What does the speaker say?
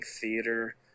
theater